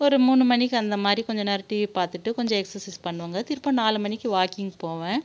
ஒரு மூணு மணிக்கு அந்தமாதிரி கொஞ்சம் நேரம் டிவி பார்த்துட்டு கொஞ்சம் எக்சஸைஸ் பண்ணுவேங்க திரும்ப நாலு மணிக்கு வாக்கிங் போவேன்